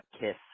kiss